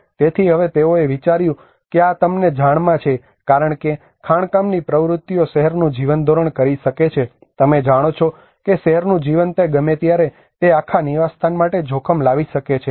તેથી હવે તેઓએ વિચાર્યું કે આ તમને જાણમાં છે કારણ કે ખાણકામની પ્રવૃત્તિઓ શહેરનું જીવનધોરણ વિક્ષેપિત કરી શકે છે તમે જાણો છો કે શહેરનું જીવન તે ગમે ત્યારે તે આખા નિવાસસ્થાન માટે જોખમ લાવી શકે છે